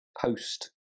post